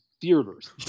theaters